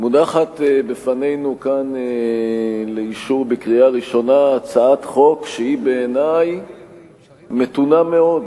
מונחת בפנינו כאן לאישור בקריאה ראשונה הצעת חוק שהיא בעיני מתונה מאוד,